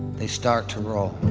they start to roll